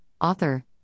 author